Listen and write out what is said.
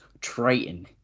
Triton